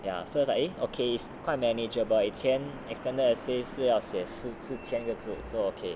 ya so it's like eh okay quite manageable 以前 extended essays 是要写四四千个字 so okay